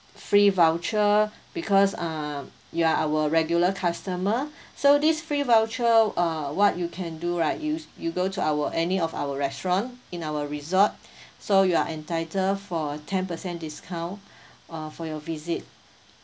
free voucher because uh you are our regular customer so this free voucher uh what you can do right you you go to our any of our restaurant in our resort so you are entitled for ten percent discount uh for your visit